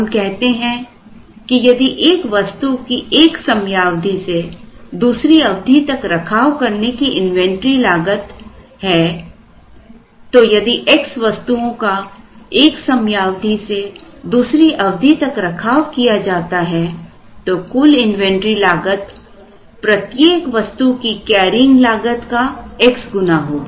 हम कहते हैं कि यदि एक वस्तु की एक समयावधि से दूसरी अवधि तक रखाव करने की इन्वेंटरी लागत है तो यदि x वस्तुओं का एक समयावधि से दूसरी अवधि तक रखाव किया जाता है तो कुल इन्वेंटरी लागतप्रत्येक वस्तु की कैरिंग लागत का x गुना होगी